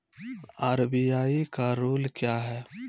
RBI का rule क्या हैं?